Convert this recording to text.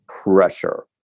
pressure